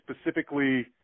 specifically